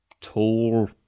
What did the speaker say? tall